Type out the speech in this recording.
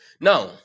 Now